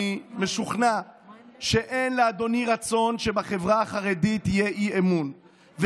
אני משוכנע שאין לאדוני רצון שבחברה החרדית יהיה אי-אמון,